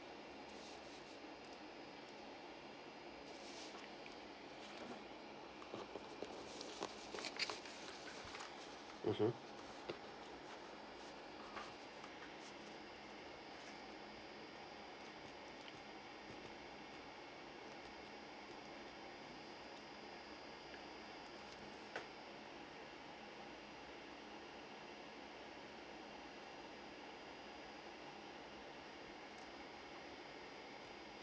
mmhmm